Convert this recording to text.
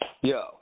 Yo